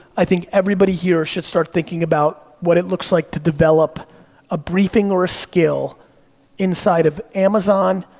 i think everybody here should start thinking about what it looks like to develop a briefing or a skill inside of amazon,